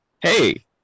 Hey